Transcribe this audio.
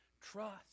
trust